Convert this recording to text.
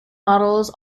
models